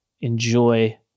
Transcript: enjoy